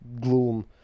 gloom